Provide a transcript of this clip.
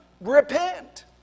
Repent